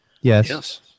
Yes